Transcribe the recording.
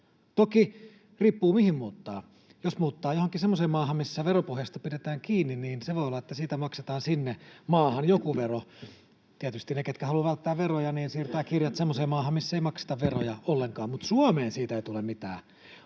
Toki riippuu siitä, mihin muuttaa: jos muuttaa johonkin semmoiseen maahan, missä veropohjasta pidetään kiinni, voi olla, että siitä maksetaan sinne maahan joku vero — tietysti ne, ketkä haluavat välttää veroja, siirtävät kirjat semmoiseen maahan, missä ei makseta veroja ollenkaan — mutta Suomeen siitä ei tule mitään.